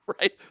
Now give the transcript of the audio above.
right